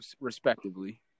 respectively